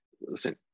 listen